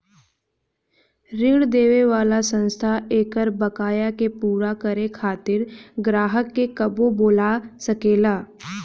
ऋण देवे वाला संस्था एकर बकाया के पूरा करे खातिर ग्राहक के कबो बोला सकेला